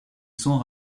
sont